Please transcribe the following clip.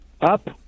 up